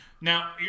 Now